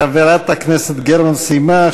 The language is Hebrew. חברת הכנסת גרמן סיימה.